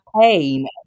pain